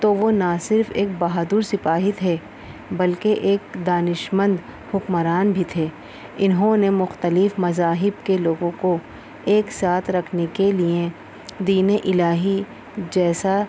تو وہ نا صرف ایک بہادر سپاہی تھے بلکہ ایک دانشمند حکمران بھی تھے انہوں نے مختلف مذاہب کے لوگوں کو ایک ساتھ رکھنے کے لیے دین الٰہی جیسا